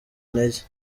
intege